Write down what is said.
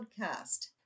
podcast